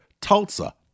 Tulsa